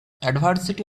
adversity